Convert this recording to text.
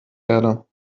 erde